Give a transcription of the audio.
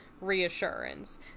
reassurance